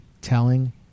telling